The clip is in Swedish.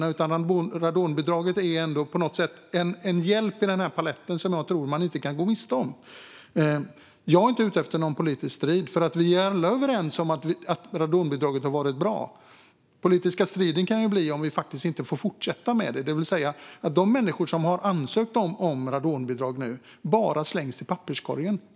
För mig är radonbidraget en del i denna palett som man inte kan vara utan. Jag är inte ute efter en politisk strid, för vi är alla överens om att radonbidraget har varit bra. Det kan dock bli en politisk strid om det inte får fortsätta, det vill säga om de ansökningar som finns bara slängs i papperskorgen.